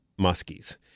muskies